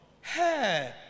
hey